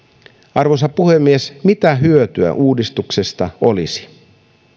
arvoisa puhemies mitä hyötyä uudistuksesta olisi